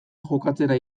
jokatzera